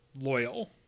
loyal